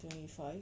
twenty five